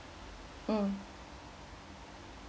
mm